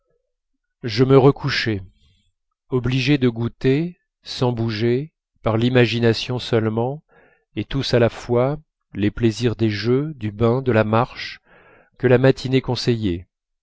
je me recouchais obligé de goûter sans bouger par l'imagination seulement et tous à la fois les plaisirs du jeu du bain de la marche que la matinée conseillait